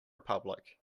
republic